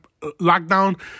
lockdown